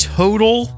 total